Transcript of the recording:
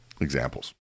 examples